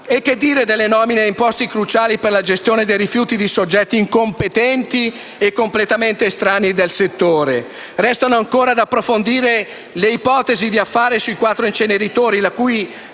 E che dire delle nomine in posti cruciali per la gestione dei rifiuti di soggetti incompetenti e completamente estranei del settore. Restano ancora da approfondire le ipotesi di affare sui quattro inceneritori, la cui